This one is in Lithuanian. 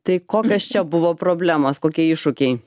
tai kokios čia buvo problemos kokie iššūkiai